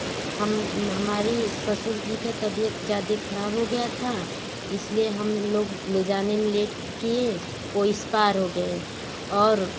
हम हमारे ससुर जी का तबियत ज़्यादा खराब हो गया था इसलिए हम लोग ले जाने में लेट किए वह इस्पार हो गए और